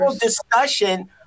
discussion